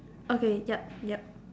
okay yup yup